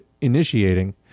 initiating